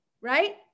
right